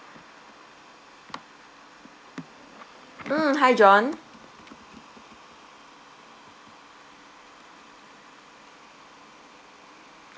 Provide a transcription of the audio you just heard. mm hi john